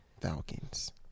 Falcons